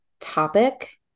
topic